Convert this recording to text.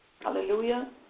Hallelujah